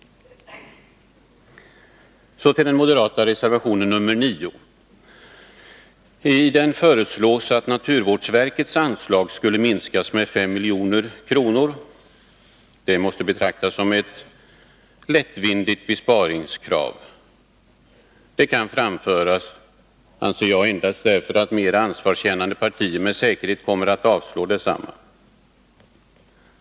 I den moderata reservationen nr 9 föreslås att naturvårdsverkets anslag skall minskas med 5 milj.kr. Det måste betraktas som ett lättvindigt besparingskrav. Det kan framföras endast därför att mera ansvarskännande partier med säkerhet kommer att avslå detsamma.